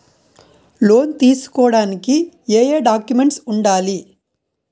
Loan తీసుకోడానికి ఏయే documents వుండాలి?